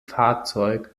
fahrzeug